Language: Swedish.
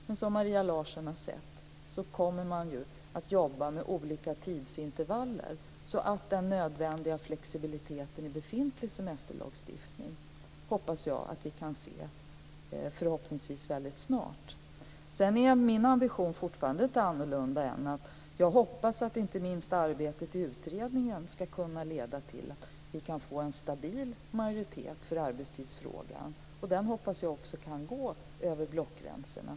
Men som Maria Larsson har sett så kommer man att jobba med olika tidsintervall. Jag hoppas alltså att vi kan se den nödvändiga flexibiliteten i befintlig semesterlagstiftning mycket snart. Min ambition är fortfarande inte annorlunda. Jag hoppas att inte minst arbetet i utredningen ska kunna leda till att vi kan få en stabil majoritet för arbetstidsfrågan. Den hoppas jag också kan gå över blockgränserna.